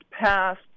passed